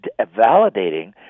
validating